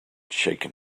shaken